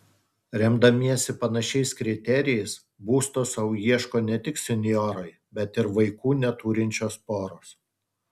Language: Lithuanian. remdamiesi panašiais kriterijais būsto sau ieško ne tik senjorai bet ir vaikų neturinčios poros